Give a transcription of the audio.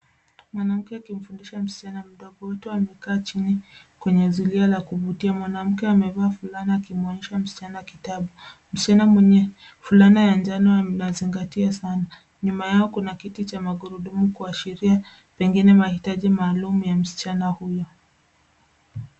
Mwanamke akimfundisha msichana mdogo huku wamekaa chini kwenye zulia la kuvutia. Mwanamke amevaa fulana akimwonyesha msichana kitabu, msichana mwenye fulana ya njano anazingatia sana. Nyuma yao kuna kiti cha magurudumu kuashiria engine mahitaji maalum ya msichana huyo.